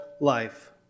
life